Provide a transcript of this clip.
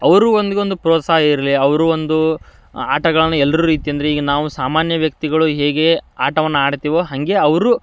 ಅವರು ಒಂದಗೊಂದು ಪ್ರೋತ್ಸಾಹ ಇರಲಿ ಅವರು ಒಂದು ಆಟಗಳನ್ನು ಎಲ್ಲರ ರೀತಿ ಅಂದರೆ ಈಗ ನಾವು ಸಾಮಾನ್ಯ ವ್ಯಕ್ತಿಗಳು ಹೇಗೆ ಆಟವನ್ನು ಆಡ್ತೀವೋ ಹಾಗೆ ಅವರು